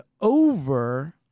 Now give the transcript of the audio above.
over